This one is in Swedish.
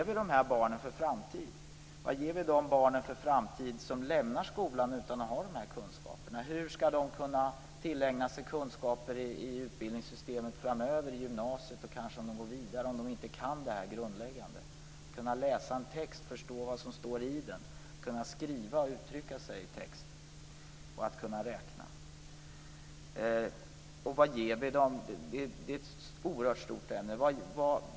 Vilken framtid ger vi de barn som lämnar skolan utan att ha de här kunskaperna? Hur skall de kunna tillägna sig kunskaper i utbildningssystemet framöver - i gymnasiet och kanske högre upp - om de inte behärskar det grundläggande: att kunna läsa en text och förstå dess innehåll, att kunna uttrycka sig i skrift och att kunna räkna? Detta är ett oerhört stort ämne.